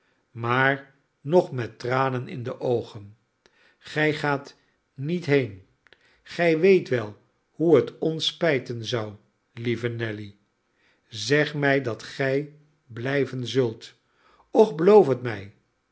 maar nog met tranen in de oogen gij gaat niet heen gij weet wel hoe het ons spijten zou lieve nelly zeg mij dat gij blijven zult och beloof het mij